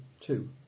two